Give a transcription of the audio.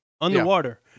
underwater